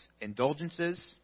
indulgences